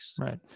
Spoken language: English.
Right